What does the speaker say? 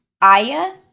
Aya